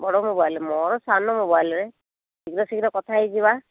ବଡ଼ ମୋବାଇଲ୍ ମୋର ସାନ ମୋବାଇଲ୍ରେ ଶୀଘ୍ର ଶୀଘ୍ର କଥା ହେଇଯିବା